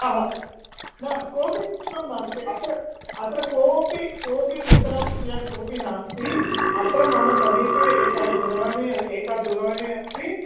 न कोपि मित्रं नास्ति अत्र अत्र कोपि कोपि मित्रं यः कोपि नास्ति अत्र मम समीपे एकः दूरवाणी एका दूरवाणी अस्ति